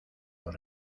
los